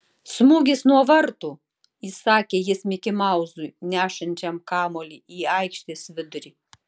smūgis nuo vartų įsakė jis mikimauzui nešančiam kamuolį į aikštės vidurį